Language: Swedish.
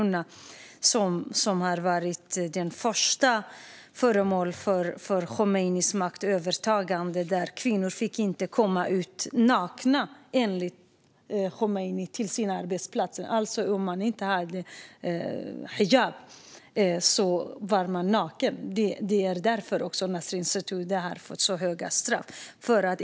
Särskilt kvinnorna var några av de första som utsattes vid Khomeinis övertagande då de inte fick gå "nakna" till sin arbetsplats - om man inte hade hijab var man alltså naken. Det är därför Nasrin Sotoudeh har fått så höga straff.